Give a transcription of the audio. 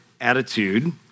attitude